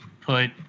put